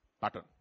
Pattern